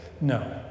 no